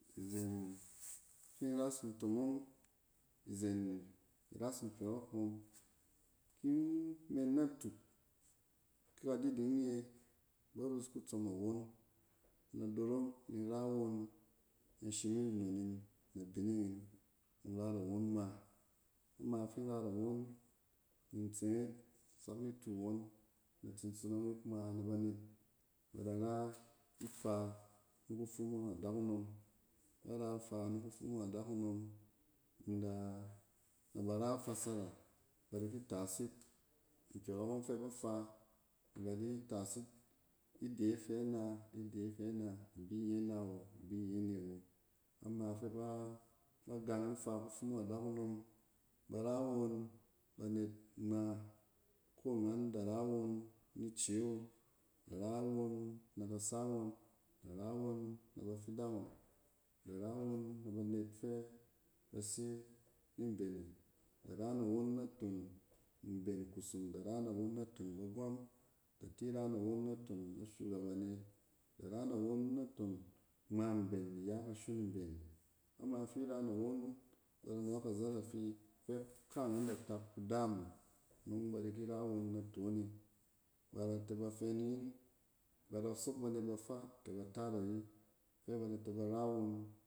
Izen fi in ras ntomong, izen iras kyↄrↄk hom, ki in men natuk, kɛ kadiding nye, da rus kutsↄm a won in da dorok ni in ra won ni isshining nnon in nɛ abining in ni in ray it awon ngma. A ma fi in rat a won in in tseng yit sak nit u awon, ni in tsi in sonong yit ngma na banet, na bar u ifa ni kufumung adakunom. Kɛ bar a ifa ni kufumung adakunom in da-nɛ ra fasora ba di kit as yit nkyↄrↄk ↄng fɛ ba fa, nɛ ba di tas yit ide fɛ na, ide fɛ na, ibi nye na wo, ibi nye ne awo. A ma fɛ ba-ba gang ifa kufumung adakunom bar a won banet ngma, ko ngan da ra won ni ice wu da ra won nɛ kasa ngↄn, da ra won na ba fidang ngↄn da rawon nɛ kasa ngↄn, da ra won nɛ ba fidang ngↄn, da rawon nɛ ba net fɛ base ni mben yin, da ran awon naton ba gwↄm, da ti ran awon naton a shugabane, da ran awon naton ngma mben iya kashon mben. A ma fi ran a won ba da nↄↄk a zarafi fɛ ka’angada tak kudaam wu nↄng ba de ki ra wen naton e. Ba da te ba fɛ ni yin, ba da sok banet faa kɛ ba taat ayi fa ba da tɛ bar a won.